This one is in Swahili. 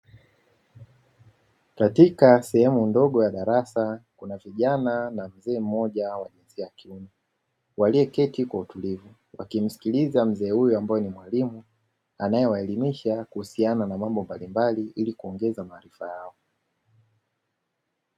Katika sehemu ndogo ya darasa kijana na mzee mmoja jinsi ya kike, walioketi kwa utulivu wakimsikiliza mzee huyo ambaye ni mwalimu, anayewajulisha kuhusiana na mambo mbalimbali ili kuongeza maarifa yao.